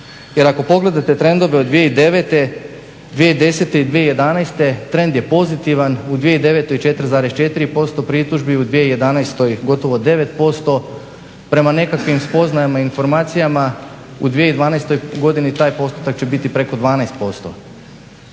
Jer ako pogledate trendove od 2009., 2010. i 2011. trend je pozitivan. U 2009. 4,4% pritužbi, u 2011. gotovo 9%. Prema nekakvim spoznajama, informacijama u 2012. godini taj postotak će biti preko 12%.